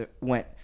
went